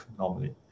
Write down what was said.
normally